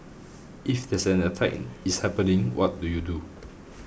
if there's an attack is happening what do you do